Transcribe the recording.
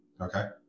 okay